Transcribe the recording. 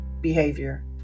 behavior